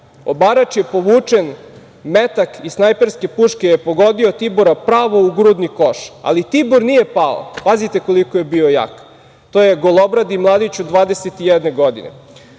Obarač je povučen. Metak iz snajperske puške je pogodio Tibora pravo u grudni koš, ali Tibor nije pao.“ Pazite, koliko je Tibor bio jak. To je golobradi mladić od 21 godine.